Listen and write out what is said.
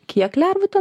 kiek lervų ten